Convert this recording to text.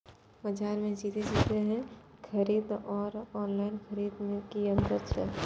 बजार से सीधे सीधे खरीद आर ऑनलाइन खरीद में की अंतर छै?